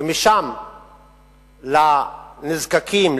ומשם לנזקקים,